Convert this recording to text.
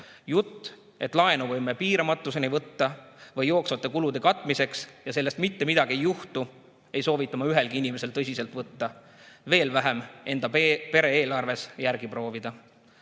Jutt, et laenu võime võtta piiramatuseni või jooksvate kulude katmiseks ja sellest mitte midagi ei juhtu, ei soovita ma ühelgi inimesel tõsiselt võtta, veel vähem enda pere eelarves järele proovida.